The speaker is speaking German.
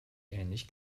ähnlich